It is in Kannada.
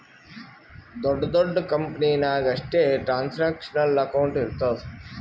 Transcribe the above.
ದೊಡ್ಡ ದೊಡ್ಡ ಕಂಪನಿ ನಾಗ್ ಅಷ್ಟೇ ಟ್ರಾನ್ಸ್ಅಕ್ಷನಲ್ ಅಕೌಂಟ್ ಇರ್ತುದ್